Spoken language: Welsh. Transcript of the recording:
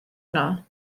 yno